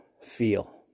feel